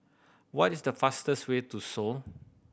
what is the fastest way to Seoul